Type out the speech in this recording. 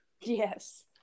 Yes